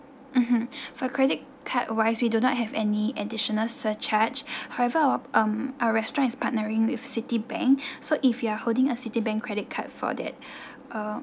mmhmm and for credit card wise we do not have any additional surcharge however our um our restaurant is partnering with citibank so if you are holding a citibank credit card for that uh